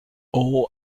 all